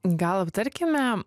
gal aptarkime